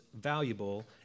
valuable